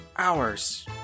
Hours